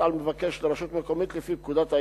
על מבקר של רשות מקומית לפי פקודת העיריות.